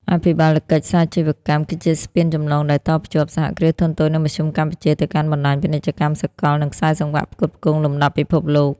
អភិបាលកិច្ចសាជីវកម្មគឺជាស្ពានចម្លងដែលតភ្ជាប់ សហគ្រាសធុនតូច និងមធ្យម កម្ពុជា ទៅកាន់បណ្ដាញពាណិជ្ជកម្មសកល និងខ្សែសង្វាក់ផ្គត់ផ្គង់លំដាប់ពិភពលោក។